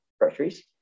groceries